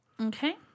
Okay